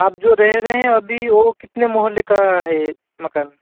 अब जो रह रहे हैं अभी वो कितने मोहल्ले का है मकान